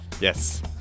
Yes